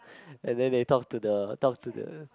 and then they talk to the talk to the